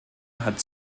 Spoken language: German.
hat